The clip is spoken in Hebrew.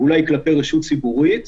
כלפי רשות ציבורית,